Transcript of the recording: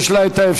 ויש לה אפשרות.